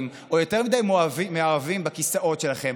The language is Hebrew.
או יותר מדי מאוהבים בכיסאות שלכם.